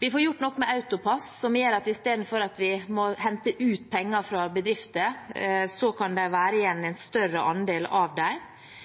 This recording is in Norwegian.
Vi får gjort noe med AutoPASS, noe som gjør at i stedet for at vi må hente penger ut fra bedrifter, kan en større andel av dem være igjen. Vi får på plass en reduksjon av